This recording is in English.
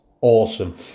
awesome